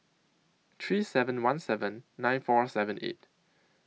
three seven one seven nine four seven eight